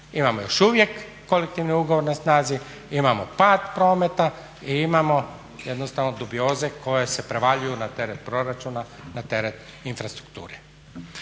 imamo još uvijek kolektivni ugovor na snazi, imamo pad prometa i imamo jednostavno dubioze koje se prevaljuju na teret proračuna, na teret infrastrukture.